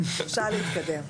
ראוי לכם שתשמרו על זכות השתיקה